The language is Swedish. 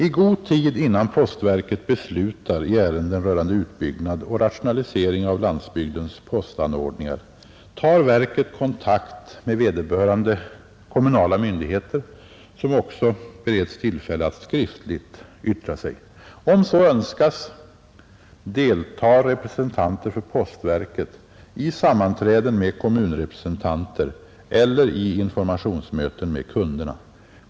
I god tid innan postverket beslutar i ärenden rörande utbyggnad och rationalisering av landsbygdens postanordningar tar verket kontakt med vederbörande kommunala myndigheter som också bereds tillfälle att skriftligt yttra sig. Om så önskas deltar representanter för postverket i sammanträden med kommunrepresentanter eller i informationsmöten med kunderna.